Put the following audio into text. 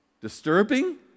Disturbing